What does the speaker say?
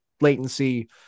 latency